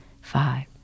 five